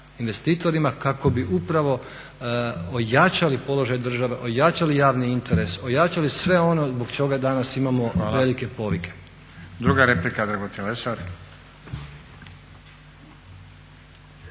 investitorima kako bi upravo ojačali položaj države, ojačali javni interes, ojačali sve ono zbog čega danas imamo velike povike. **Stazić, Nenad